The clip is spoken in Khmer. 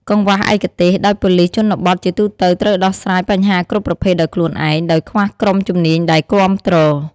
កង្វះឯកទេស ដោយប៉ូលិសជនបទជាទូទៅត្រូវដោះស្រាយបញ្ហាគ្រប់ប្រភេទដោយខ្លួនឯង ដោយខ្វះក្រុមជំនាញដែលគាំទ្រ។